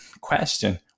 question